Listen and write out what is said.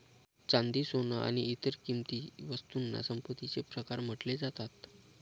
चांदी, सोन आणि इतर किंमती वस्तूंना संपत्तीचे प्रकार म्हटले जातात